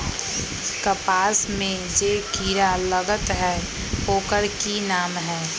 कपास में जे किरा लागत है ओकर कि नाम है?